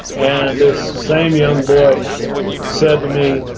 and this same young boy said to me,